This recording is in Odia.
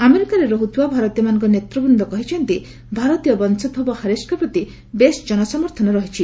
ଆମେରିକାରେ ରହୁଥିବା ଭାରତୀୟମାନଙ୍କ ନେତୃବୁନ୍ଦମାନେ କହିଛନ୍ତି ଭାରତୀୟ ବଂଶୋଭବ ହାରିସ୍ଙ୍କ ପ୍ରତି ବେଶ୍ ଜନସମର୍ଥନ ରହିଛି